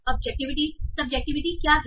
objectivity subjectivity क्या है